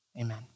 Amen